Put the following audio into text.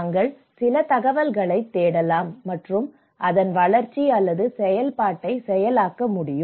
நாங்கள் சில தகவல்களைத் தேடலாம் மற்றும் அதன் வளர்ச்சி அல்லது செயல்பாட்டை செயலாக்க முடியும்